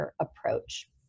approach